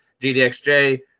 GDXJ